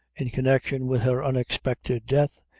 in connection with her unexpected death,